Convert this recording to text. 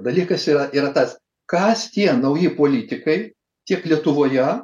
dalykas yra yra tas kas tie nauji politikai tiek lietuvoje